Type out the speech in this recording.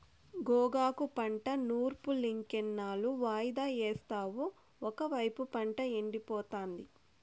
గోగాకు పంట నూర్పులింకెన్నాళ్ళు వాయిదా యేస్తావు ఒకైపు పంట ఎండిపోతాంది